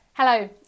Hello